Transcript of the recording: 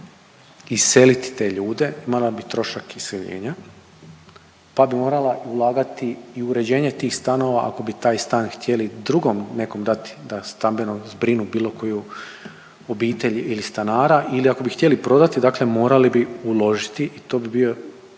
iseliti te ljude imala bi trošak iseljenja pa bi morala ulagati i u uređenje tih stanova ako bi taj stan htjeli drugom nekom dati da stambeno zbrinu bilo koju obitelj ili stanara ili ako bi htjeli prodati, dakle morali bi uložiti i to bi bio